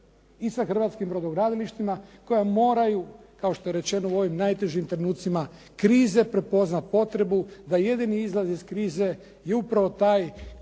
i sa hrvatskim brodogradilištima koja moraju kao što je rečeno u ovim najtežim trenucima krize prepoznati potrebu da jedini izlaz iz krize je upravo taj